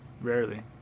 Rarely